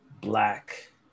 Black